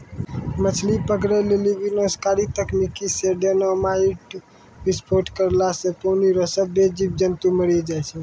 मछली पकड़ै लेली विनाशकारी तकनीकी से डेनामाईट विस्फोट करला से पानी रो सभ्भे जीब जन्तु मरी जाय छै